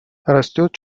растет